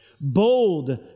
bold